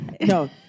No